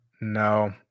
No